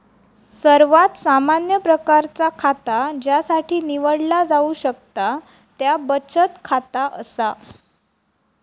सर्वात सामान्य प्रकारचा खाता ज्यासाठी निवडला जाऊ शकता त्या बचत खाता असा